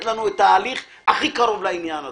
לנו את ההליך הכי קרוב לעניין הזה.